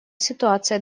ситуация